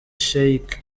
sheik